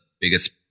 biggest